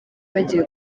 bagiye